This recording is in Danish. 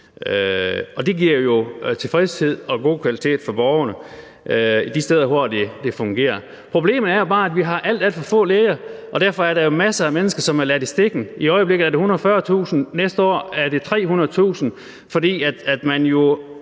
det giver jo tilfredshed og god kvalitet for borgerne de steder, hvor det fungerer. Problemet er jo bare, at vi har alt, alt for få læger, og derfor er der masser af mennesker, som er ladt i stikken. I øjeblikket er det 140.000, næste år er det 300.000, fordi man